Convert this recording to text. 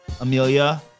Amelia